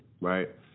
right